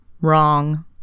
Wrong